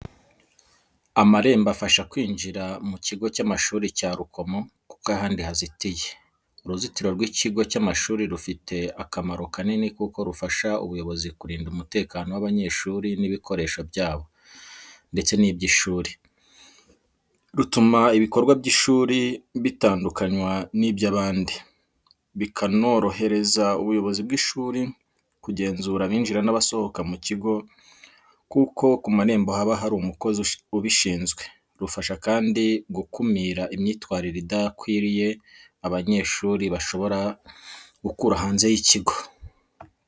Amarembo afasha kwinjira mu kigo cy'amashuri cya Rukomo kuko ahandi hazitiye. Uruzitiro rw’ikigo cy’amashuri rufite akamaro kanini kuko rufasha ubuyobozi kurinda umutekano w’abanyeshuri n’ibikoresho byabo ndetse n’iby’ishuri, rutuma ibikorwa by’ishuri bitandukanwa n’iby’abandi, bikanorohereza ubuyobozi bw'ishuri kugenzura abinjira n’abasohoka mu kigo kuko ku marembo haba hari umukozi ubishinzwe. Rufasha kandi gukumira imyitwarire idakwiriye abanyeshuri bashobora gukura hanze y’ikigo.